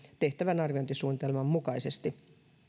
tehtävän arviointisuunnitelman mukaisesti